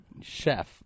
chef